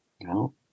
No